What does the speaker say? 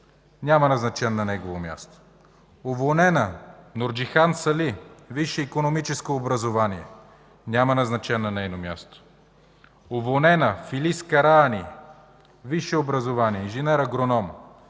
няма назначен на негово място. Уволнена: Норджихан Сали – висше икономическо образование. Няма назначен на нейно място. Уволнена: Филиз Карани, висше образование инженер агроном,